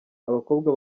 abakobwa